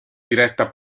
diretta